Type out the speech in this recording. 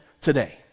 today